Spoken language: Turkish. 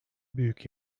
büyük